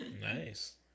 Nice